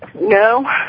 No